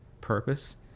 purpose